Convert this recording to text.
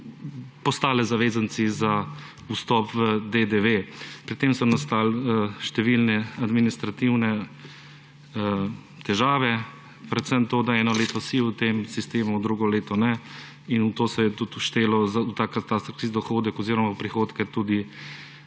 postale zavezanci za vstop v DDV. Pri tem so nastale številne administrativne težave, predvsem to, da eno leto si v tem sistemu, drugo leto ne in v to se je tudi vštelo, v ta katastrski dohodek oziroma v prihodke tudi